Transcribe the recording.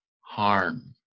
harm